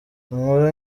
inkuru